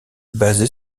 basé